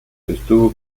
estuvo